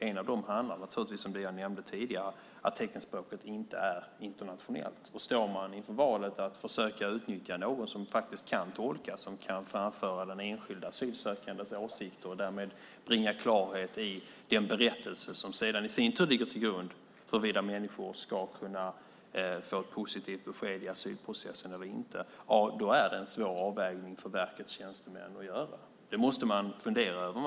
En av dem handlar naturligtvis om, som jag tidigare nämnde, att teckenspråket inte är internationellt. Står man inför ett val och det handlar om att försöka utnyttja någon som faktiskt kan tolka och som kan framföra den enskilda asylsökandens åsikter och därmed bringa klarhet i den berättelse som i sin tur ligger till grund för huruvida människor ska kunna få ett positivt besked i asylprocessen eller inte, ja, då är det en svår avvägning för verkets tjänstemän att göra. Det måste man fundera över.